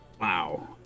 wow